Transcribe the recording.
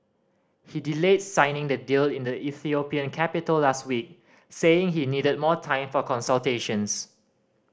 he delayed signing the deal in the Ethiopian capital last week saying he needed more time for consultations